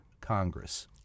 Congress